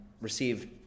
received